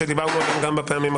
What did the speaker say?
שדיברנו עליו גם בפעמים הקודמות,